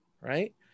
right